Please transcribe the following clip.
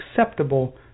acceptable